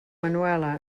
manuela